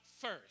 first